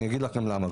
אני אגיד לך גם למה.